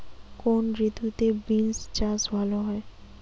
কোন ঋতুতে বিন্স চাষ ভালো হয়?